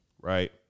right